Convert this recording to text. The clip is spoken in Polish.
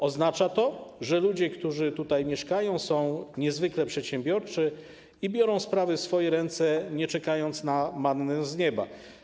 Oznacza to, że ludzie, którzy tutaj mieszkają, są niezwykle przedsiębiorczy i biorą sprawy w swoje ręce, nie czekając na mannę z nieba.